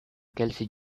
kelsey